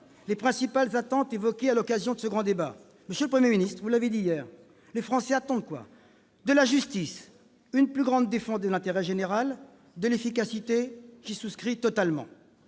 les principales attentes évoquées à l'occasion de ce grand débat ? Monsieur le Premier ministre, vous l'avez dit hier, les Français attendent de la justice, une plus grande défense de l'intérêt général et de l'efficacité ; j'y souscris totalement.